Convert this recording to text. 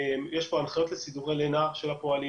יש פה הנחיות לסידורי לינה של הפועלים,